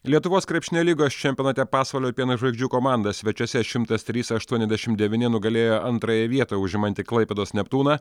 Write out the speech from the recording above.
lietuvos krepšinio lygos čempionate pasvalio pieno žvaigždžių komanda svečiuose šimtas trys aštuoniasdešimt devyni nugalėjo antrąją vietą užimantį klaipėdos neptūną